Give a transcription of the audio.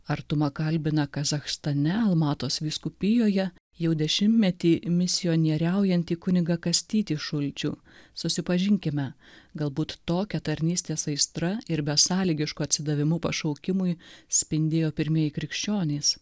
artuma kalbina kazachstane almatos vyskupijoje jau dešimtmetį misionieriaujantį kunigą kastytį šulčių susipažinkime galbūt tokia tarnystės aistra ir besąlygišku atsidavimu pašaukimui spindėjo pirmieji krikščionys